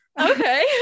Okay